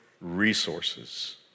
resources